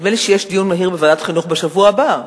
נדמה לי שיש דיון מהיר בשבוע הבא,